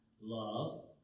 love